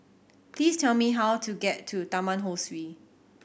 please tell me how to get to Taman Ho Swee